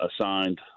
assigned